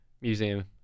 Museum